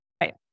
Right